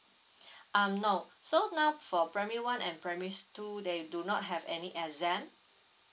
um no so now for primary one and primary s~ two they do not have any exam